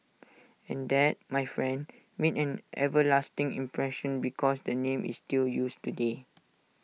and that my friend made an everlasting impression because the name is still used today